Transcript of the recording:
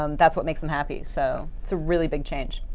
um that's what makes them happy. so it's a really big change.